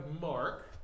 Mark